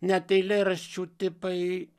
net eilėraščių tipai